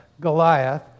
Goliath